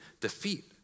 defeat